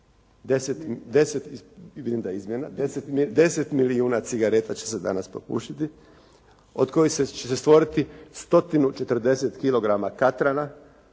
10 milijuna cigareta će se danas popušiti od kojih će se stvoriti 140 kg katrana